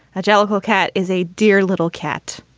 ah jellicoe cat is a dear little cat.